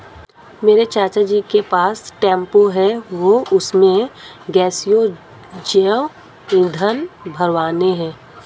मेरे चाचा जी के पास टेंपो है वह उसमें गैसीय जैव ईंधन भरवाने हैं